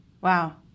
Wow